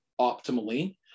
optimally